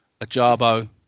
Ajabo